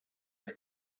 was